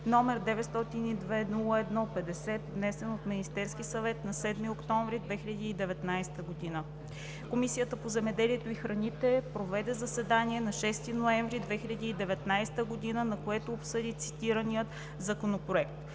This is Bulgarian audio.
№ 902-01-50, внесен от Министерския съвет на 7 октомври 2019 г. Комисията по земеделието и храните проведе заседание на 6 ноември 2019 г., на което обсъди цитирания Законопроект.